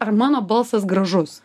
ar mano balsas gražus